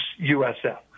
USF